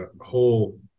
whole